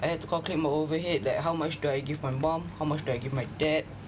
I have to calculate my overhead like how much do I give my mum how much do I give my dad